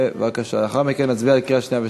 לאחר מכן נצביע בקריאה שנייה ושלישית.